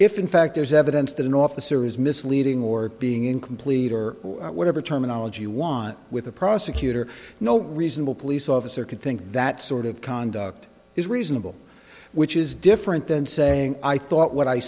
if in fact there's evidence that an officer is misleading or being incomplete or whatever terminology you want with a prosecutor no reasonable police officer can think that sort of conduct is reasonable which is different than saying i thought what i